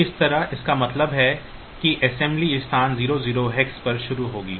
तो इस तरह इसका मतलब है कि assembly स्थान 0 0 hex पर शुरू होगी